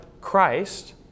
Christ